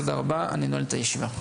תודה רבה אני נועל את הישיבה.